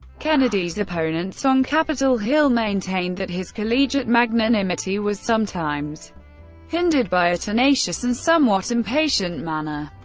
kennedy's opponents on capitol hill maintained that his collegiate magnanimity was sometimes hindered by a tenacious and somewhat impatient manner.